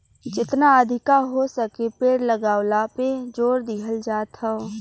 जेतना अधिका हो सके पेड़ लगावला पे जोर दिहल जात हौ